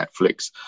Netflix